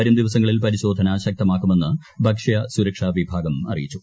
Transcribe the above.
വരും ദിവസങ്ങളിൽ പരിശോധന ശക്തമാക്കുമെന്ന് ഭക്ഷ്യസുരക്ഷാ വിഭാഗം അറിയിച്ചു